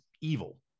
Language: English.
evil